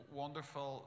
wonderful